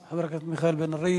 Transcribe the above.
תודה לחבר הכנסת מיכאל בן-ארי.